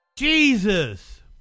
Jesus